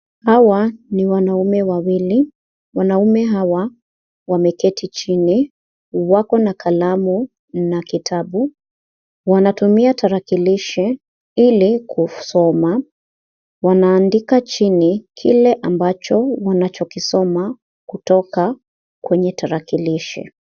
Hawa ni wanaume wawili. Wanaume hawa wameketi chini, wako na kanamu na kitabu. Wanatumia tarakilishi ili kusoma. Wanaandika chini kile ambacho wanachokisoma kutoka kwenye tarakilishi.